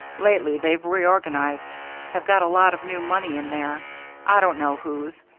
lately they've reorganized have got a lot of new money in there i don't know whose,